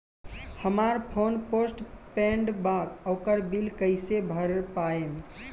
हमार phone postpaid बा ओकर बिल कईसे भर पाएम?